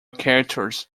characters